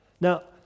Now